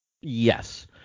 Yes